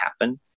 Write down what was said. happen